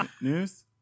News